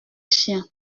chiens